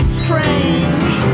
strange